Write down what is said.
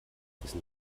wissen